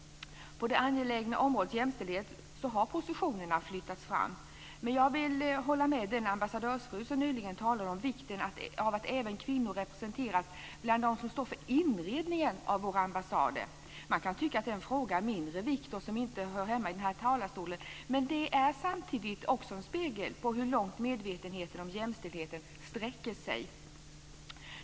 På det angelägna området jämställdhet har positionerna flyttats fram. Men jag vill hålla med den ambassadörsfru som nyligen talade om vikten av att även kvinnor representeras bland dem som står för inredningen av våra ambassader. Man kan tycka att det är en fråga av mindre vikt och som inte hör hemma i den här talarstolen. Men detta speglar samtidigt hur långt medvetenheten om jämställdheten sträcker sig.